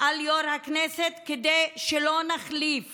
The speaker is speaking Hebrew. על יושב-ראש הכנסת כדי שלא נחליף